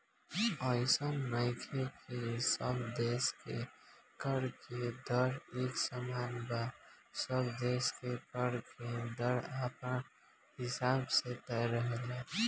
अइसन नइखे की सब देश के कर के दर एक समान बा सब देश के कर के दर अपना हिसाब से तय रहेला